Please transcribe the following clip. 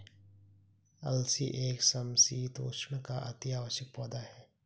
अलसी एक समशीतोष्ण का अति आवश्यक पौधा है